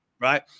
right